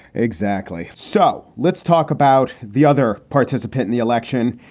exactly. so let's talk about the other participant in the election.